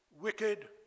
wicked